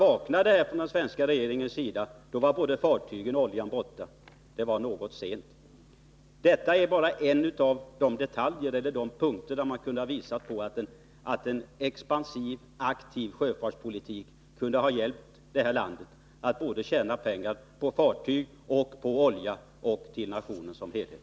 Men när den svenska regeringen vaknade var både fartygen och oljan borta. Detta är bara en av de punkter där man kan visa på att en expansiv, aktiv sjöfartspolitik kunde ha hjälpt det här landet att tjäna pengar, både på fartyg och på olja, till nationen som helhet.